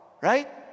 right